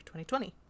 2020